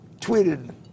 tweeted